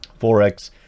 forex